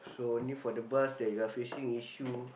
so only for the bus that you're facing issue